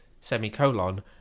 semicolon